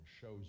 shows